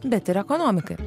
bet ir ekonomikai